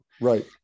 Right